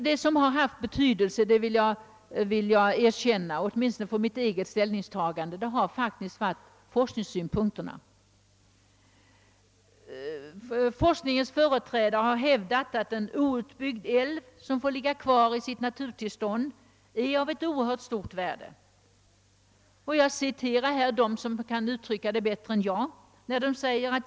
Jag vill erkänna, att det som har haft stor betydelse, åtminstone för mitt eget ställningstagande, har varit forskningssynpunkterna. Forskningens företrädare har hävdat, att en outbyggd älv, som får leva kvar i sitt naturtillstånd, har ett oerhört stort värde. Jag refererar här dem, som kan uttrycka det bättre än jag.